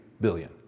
billion